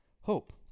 hope